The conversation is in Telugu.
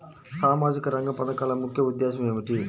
సామాజిక రంగ పథకాల ముఖ్య ఉద్దేశం ఏమిటీ?